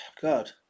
God